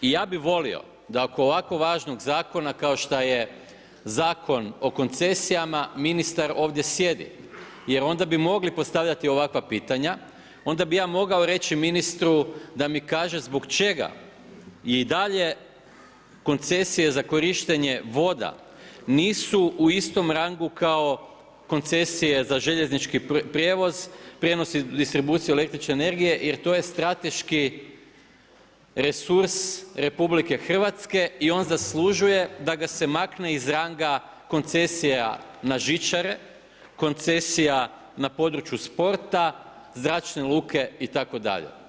I ja bih volio da oko ovako važnog zakona kao što je Zakon o koncesijama ministar ovdje sjedi, jer onda bi mogli postavljati ovakva pitanja, onda bi ja mogao reći ministru da mi kaže zbog čega je i dalje koncesije za korištenje voda nisu u istom rangu kao koncesije za željeznički prijevoz, prijenos distribucija električne energije, jer to je strateški resurs RH i on zaslužuje da ga se makne iz ranga koncesija na žičare, koncesija na području sporta, zračne luke itd.